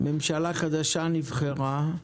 ממשלה חדשה נבחרה.